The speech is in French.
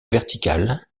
verticales